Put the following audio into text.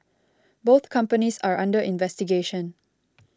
both companies are under investigation